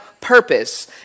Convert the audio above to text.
purpose